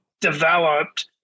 developed